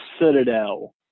Citadel